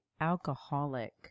alcoholic